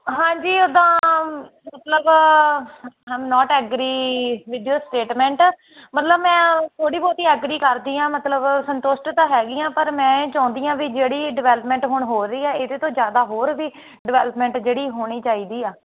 ਹਾਂਜੀ ਉੱਦਾਂ ਮਤਲਬ not agree with your statement ਮਤਲਬ ਮੈਂ ਥੋੜ੍ਹੀ ਬਹੁਤ ਐਗਰੀ ਕਰਦੀ ਹਾਂ ਮਤਲਬ ਸੰਤੁਸ਼ਟ ਤਾਂ ਹੈਗੀ ਹਾਂ ਪਰ ਮੈਂ ਇਹ ਚਾਹੁੰਦੀ ਹਾਂ ਵੀ ਜਿਹੜੀ ਡਿਵੈਲਪਮੈਂਟ ਹੁਣ ਹੋ ਰਹੀ ਆ ਇਹਦੇ ਤੋਂ ਜ਼ਿਆਦਾ ਹੋਰ ਵੀ ਡਿਵੈਲਪਮੈਂਟ ਜਿਹੜੀ ਹੋਣੀ ਚਾਹੀਦੀ ਆ